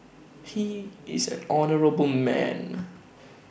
he is an honourable man